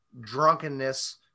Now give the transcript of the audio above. drunkenness